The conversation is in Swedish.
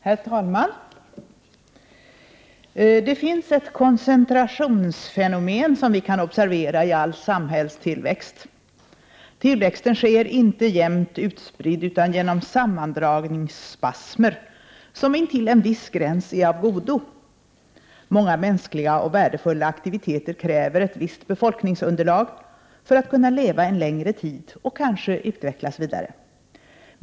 Herr talman! Det finns ett koncentrationsfenomen, som vi kan observera i all samhällstillväxt: tillväxten sker inte jämnt utspridd utan genom sammandragningsspasmer, som intill en viss gräns är av godo. Många mänskliga och värdefulla aktiviteter kräver ett visst befolkningsunderlag för att kunna leva en längre tid och kanske utvecklas vidare.